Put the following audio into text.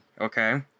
okay